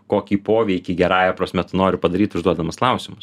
kokį poveikį gerąja prasme tu nori padaryt užduodamas klausimus